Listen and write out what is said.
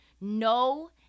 No